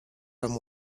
from